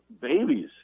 babies